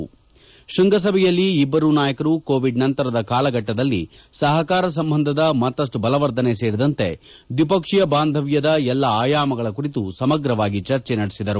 ಈ ಶ್ವಂಗಸಭೆಯ ವೇಳೆ ಇಭ್ಗರೂ ನಾಯಕರು ಕೋವಿಡ್ ನಂತರದ ಕಾಲಘಟ್ನದಲ್ಲಿ ಸಹಕಾರ ಸಂಬಂಧ ಮತ್ತಷ್ಟು ಬಲವರ್ಧನೆ ಸೇರಿದಂತೆ ದ್ವಿಪಕ್ಷೀಯ ಬಾಂಧವ್ಯದ ಎಲ್ಲ ಆಯಾಮಗಳ ಕುರಿತು ಸಮಗ್ರವಾಗಿ ಚರ್ಚೆ ಮಾಡಿದರು